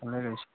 ভালে গাইছে